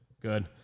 Good